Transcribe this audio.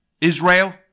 Israel